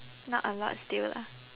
not a lot still lah